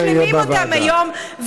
ואולי אתם משלימים אותם היום.